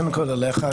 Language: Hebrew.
קודם כול אליך,